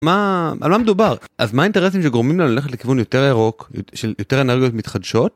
על מה מדובר אז מה האינטרסים שגורמים לה ללכת לכיוון יותר ירוק, של יותר אנרגיות מתחדשות.